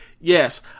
yes